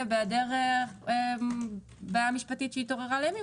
ובהיעדר בעיה משפטית שהתעוררה לימים,